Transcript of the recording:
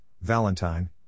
Valentine